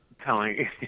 telling